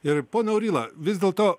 ir pone auryla vis dėlto